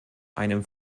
einem